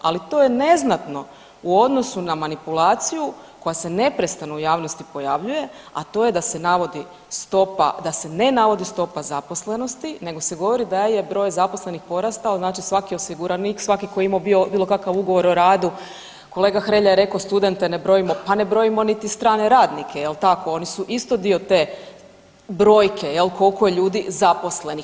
Ali to je neznatno u odnosu na manipulaciju koja se neprestano u javnosti pojavljuje, a to je da se navodi stopa, da se ne navodi stopa zaposlenosti, nego se govori da je broj zaposlenih porastao, znači svaki osiguranik, svaki koji je imao bilo kakav ugovor o radu, kolega Hrelja je rekao studente ne brojimo, pa ne brojimo niti strane radnike jel tako oni su isto dio te brojke jel koliko je ljudi zaposlenih.